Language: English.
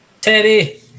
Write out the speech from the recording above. Teddy